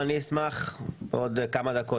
אני אשמח לדבר בעוד כמה דקות,